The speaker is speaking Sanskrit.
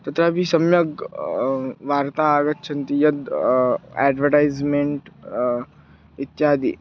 तत्रापि सम्यक् वार्ताः आगच्छन्ति यद् अड्वटैस्मेण्ट् इत्यादि